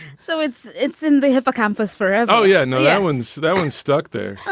so it's it's in the hippocampus for. oh yeah. no elin's. that one stuck there.